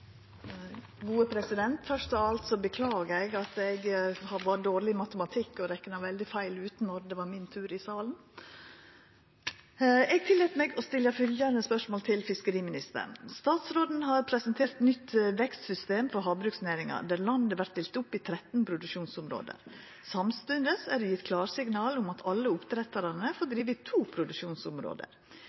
Først av alt beklagar eg at eg har vore dårleg i matematikk og rekna veldig feil med omsyn til når det var min tur i salen. Eg tillèt meg å stilla følgjande spørsmål til fiskeriministeren: «Statsråden har presentert eit nytt vekstsystem for havbruksnæringa, der landet vert delt inn i 13 produksjonsområde. Samstundes er det gitt klarsignal om at alle oppdrettarar får drive i to produksjonsområde.